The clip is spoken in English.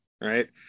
right